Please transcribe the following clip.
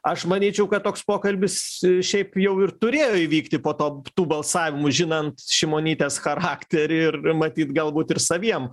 aš manyčiau kad toks pokalbis šiaip jau ir turėjo įvykti po to tų balsavimų žinant šimonytės charakterį ir matyt galbūt ir saviem